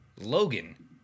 Logan